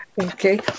Okay